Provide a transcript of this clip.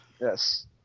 yes